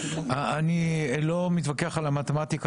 אני לא מתווכח על המתמטיקה,